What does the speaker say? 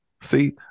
See